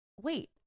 Wait